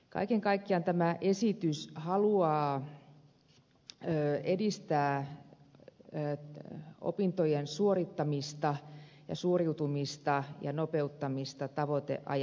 kaiken kaikkiaan tämä esitys haluaa edistää opintojen suorittamista ja niistä suoriutumista tavoiteajassa